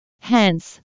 Hence